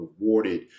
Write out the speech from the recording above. rewarded